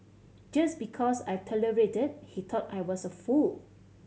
just because I tolerated he thought I was a fool